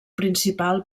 principal